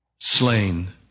slain